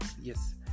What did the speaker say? yes